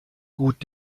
gut